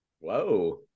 Whoa